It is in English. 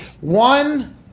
one